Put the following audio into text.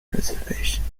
reservations